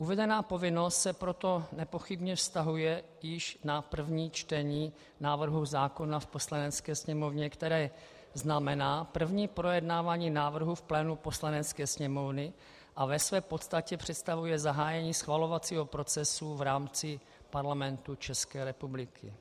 Uvedená povinnost se proto nepochybně vztahuje již na první čtení návrhu zákona v Poslanecké sněmovně, které znamená první projednávání návrhu v plánu Poslanecké sněmovny a ve své podstatě představuje zahájení schvalovacího procesu v rámci Parlamentu České republiky.